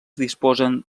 disposen